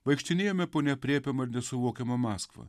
vaikštinėjome po neaprėpiamą nesuvokiamą maskvą